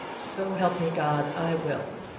so help me god, i will!